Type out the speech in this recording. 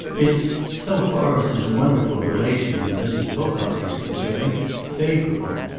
it's so far as his wonderful relation with mrs. pocock is concerned favourable.